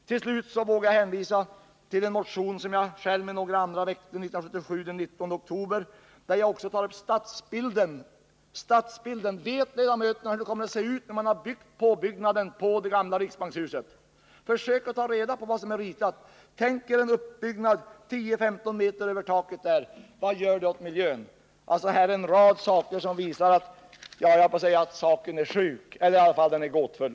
Till slut vill jag hänvisa till en motion som jag och några andra väckte den 19 oktober 1977 där vi tar upp frågan om stadsbilden. Vet ledamöterna hur det kommer att se ut när man har gjort påbyggnaden på gamla riksbankshuset? Försök ta reda på hur det är ritat! Tänk er en uppbyggnad 10-15 meter ovanpå taket där! Vad innebär det för miljön? Här finns det alltså en rad saker som visar att denna fråga är gåtfull.